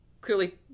clearly